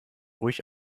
ruhig